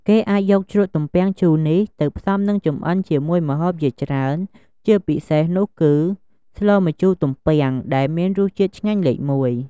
គេអាចយកជ្រក់ទំពាំងជូរនេះទៅផ្សំ និងចម្អិនជាមួយម្ហូបជាច្រើន ជាពិសេសនោះគឺ ស្លម្ជូរទំពាំង ដែលមានរសជាតិឆ្ងាញ់លេខ១។